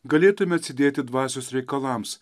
galėtume atsidėti dvasios reikalams